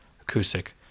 Acoustic